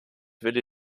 willi